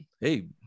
hey